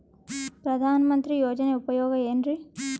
ಪ್ರಧಾನಮಂತ್ರಿ ಯೋಜನೆ ಉಪಯೋಗ ಏನ್ರೀ?